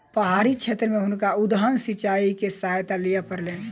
पहाड़ी क्षेत्र में हुनका उद्वहन सिचाई के सहायता लिअ पड़लैन